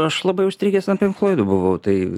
aš labai užstrigęs ant pink floidų buvau tai